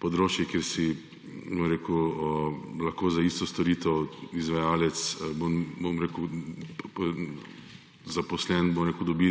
področjih, kjer si lahko za isto storitev izvajalec, zaposlen, dobi